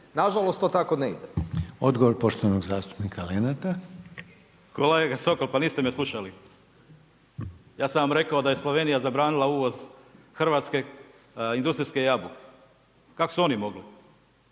**Reiner, Željko (HDZ)** Odgovor poštovanog zastupnika Lenarta. **Lenart, Željko (HSS)** Kolega Sokol, pa niste me slušali. Ja sam vam rekao da je Slovenija zabranila uvoz hrvatske industrijske jabuke, kako su oni mogli?